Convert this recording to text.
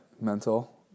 Mental